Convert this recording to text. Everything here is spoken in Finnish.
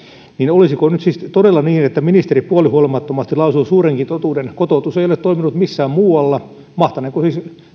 olisiko nyt siis todella niin että ministeri puolihuolimattomasti lausui suurenkin totuuden kotoutus ei ole toiminut missään muualla mahtaneeko siis